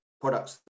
products